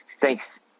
thanks